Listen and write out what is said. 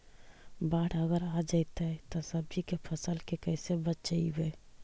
बाढ़ अगर आ जैतै त सब्जी के फ़सल के कैसे बचइबै?